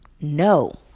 No